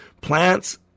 Plants